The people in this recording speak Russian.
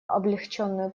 облегченную